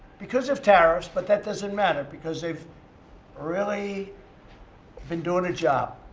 because of tariffs, but that doesn't matter because they've really been doing a job.